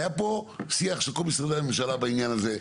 היה פה שיח של כל משרדי הממשלה בעניין הזה.